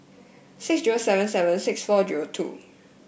six zero seven seven six four zero two